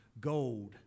gold